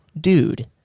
dude